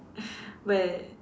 where